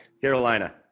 Carolina